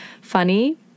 funny